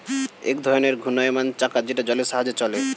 এক ধরনের ঘূর্ণায়মান চাকা যেটা জলের সাহায্যে চলে